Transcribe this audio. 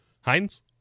heinz